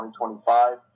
2025